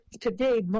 today